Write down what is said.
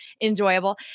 enjoyable